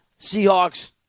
Seahawks